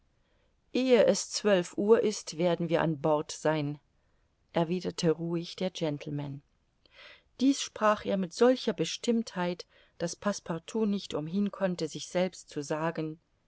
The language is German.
ehe es zwölf uhr ist werden wir an bord sein erwiderte ruhig der gentleman dies sprach er mit solcher bestimmtheit daß passepartout nicht umhin konnte sich selbst zu sagen